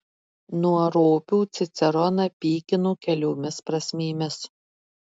nuo ropių ciceroną pykino keliomis prasmėmis